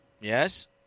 yes